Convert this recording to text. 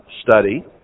study